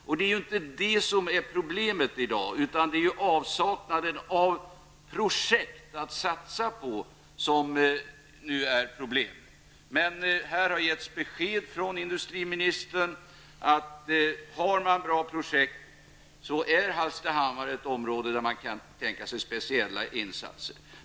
Men det är ju inte detta som är problemet i dag, utan det är avsaknaden av projekt att satsa på som nu utgör problem. Men det har getts besked från industriministern att Hallstahammar, om man har bra projekt, är ett område där regeringen kan tänka sig speciella insatser.